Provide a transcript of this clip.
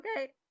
Okay